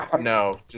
No